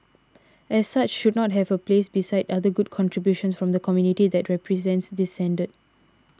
as such should not have a place beside other good contributions from the community that represents this standard